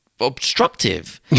obstructive